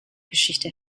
geschichte